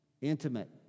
intimate